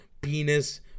penis